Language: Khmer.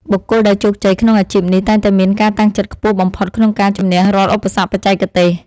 បុគ្គលដែលជោគជ័យក្នុងអាជីពនេះតែងតែមានការតាំងចិត្តខ្ពស់បំផុតក្នុងការជម្នះរាល់ឧបសគ្គបច្ចេកទេស។